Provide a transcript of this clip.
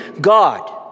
God